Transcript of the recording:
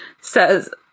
says